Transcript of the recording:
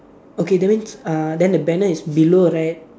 okay that means uh then the banner is below right